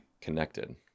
connected